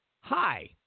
hi